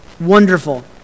wonderful